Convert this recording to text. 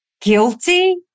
guilty